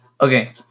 Okay